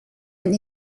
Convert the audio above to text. and